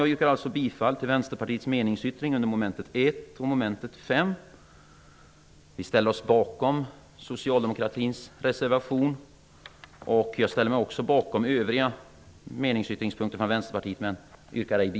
Jag yrkar bifall till Vänsterpartiets meningsyttring under momenten 1 och 5. Vi ställer oss bakom Socialdemokraternas reservation. Jag ställer mig också bakom övriga punkter i